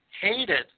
hated